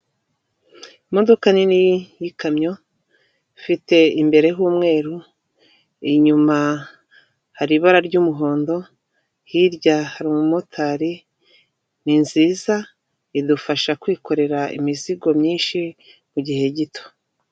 Imodoka nini y'ikamyo ifite imbere h'umweru, inyuma hari ibara ry'umuhondo, hirya hari umumotari, ni nziza idufasha kwikorera imizigo myinshi mugihe gito.